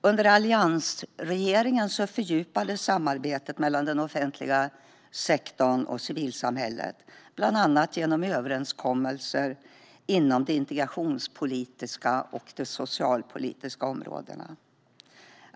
Under alliansregeringen fördjupades samarbetet mellan den offentliga sektorn och civilsamhället, bland annat genom överenskommelser inom de integrationspolitiska och socialpolitiska områdena.